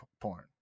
porn